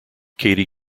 katie